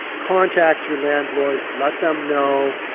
contact your landlord, let them know.